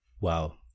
Wow